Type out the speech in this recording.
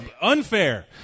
unfair